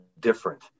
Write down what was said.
different